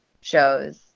shows